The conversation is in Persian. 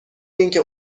اینکه